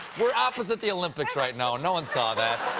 we're opposite the olympics right now. no one saw that.